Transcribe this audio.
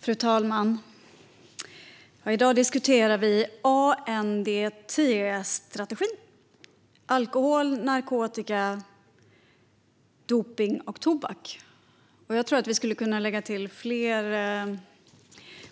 Fru talman! I dag diskuterar vi ANDT-strategin. ANDT står för alkohol, narkotika, dopning och tobak. Jag tror att vi egentligen skulle kunna lägga fler